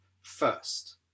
first